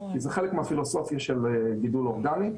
זה חלק מהפילוסופיה של גידול אורגני.